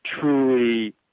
truly